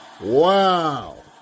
Wow